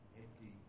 empty